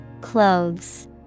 Clothes